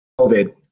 COVID